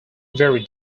very